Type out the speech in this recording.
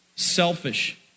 Selfish